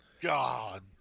God